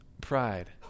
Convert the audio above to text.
pride